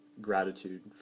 Gratitude